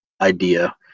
idea